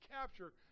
capture